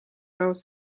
nõus